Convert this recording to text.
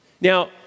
Now